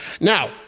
Now